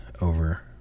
over